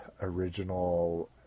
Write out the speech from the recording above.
original